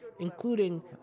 Including